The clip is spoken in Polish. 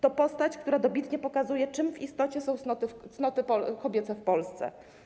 To postać, która dobitnie pokazuje, czym w istocie są cnoty kobiece w Polsce.